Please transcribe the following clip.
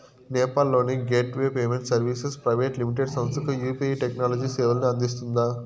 నేపాల్ లోని gateway payment services private limited సంస్థకు UPI technology సేవలను అందిస్తుందా?